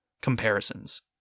comparisons